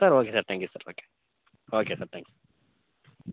sir okay sir thank you sir thank you okay sir thank you